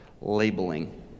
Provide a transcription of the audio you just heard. labeling